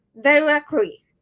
directly